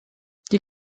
die